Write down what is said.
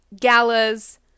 galas